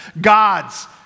gods